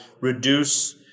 reduce